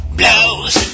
blows